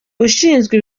ushinzwe